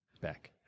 Back